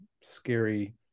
scary